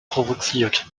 provoziert